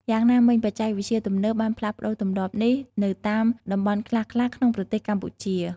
យ៉ាងណាមិញ បច្ចេកវិទ្យាទំនើបបានផ្លាស់ប្តូរទម្លាប់នេះនៅតាមតំបន់ខ្លះៗក្នុងប្រទេសកម្ពុជា។